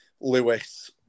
Lewis